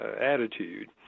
attitude